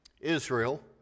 Israel